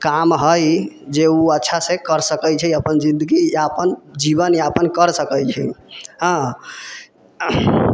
काम हइ जे ओ अच्छा से कर सकैत छै अपन जिन्दगीयापन जीवनयापन कर सकैत छै हँ